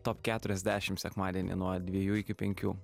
top keturiasdešim sekmadienį nuo dviejų iki penkių